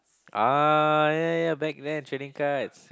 ah ya ya ya back then trading cards